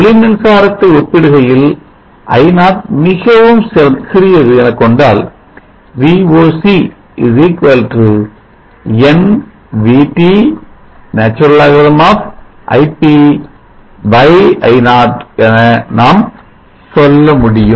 ஒளி மின்சாரத்தை ஒப்பிடுகையில் I0 மிகவும் சிறியது என கொண்டால் Voc n VT lnIp I0 என நாம் சொல்ல முடியும்